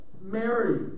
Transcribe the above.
Mary